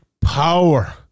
power